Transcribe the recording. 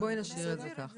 בוי נשאיר את זה ככה.